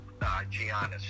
Giannis